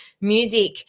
music